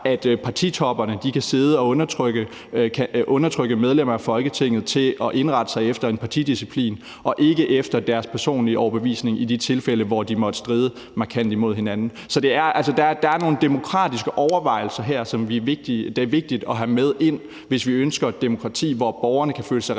i partitoppen kan sidde og undertrykke medlemmer af Folketinget til at indrette sig efter en partidisciplin og ikke efter deres personlige overbevisning i de tilfælde, hvor de måtte stride markant imod hinanden. Så der er nogle demokratiske overvejelser her, som det er vigtigt at have med ind, hvis vi ønsker et demokrati, hvor borgerne kan føle sig